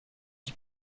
qui